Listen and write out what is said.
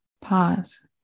pause